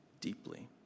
deeply